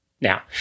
Now